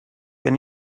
wenn